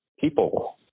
people